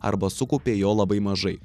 arba sukaupė jo labai mažai